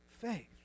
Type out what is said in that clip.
faith